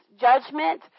judgment